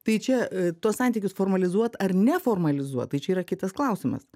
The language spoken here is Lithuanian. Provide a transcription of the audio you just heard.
tai čia tuos santykius formalizuot ar ne formalizuot tai čia yra kitas klausimas